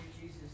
Jesus